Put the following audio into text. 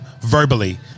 verbally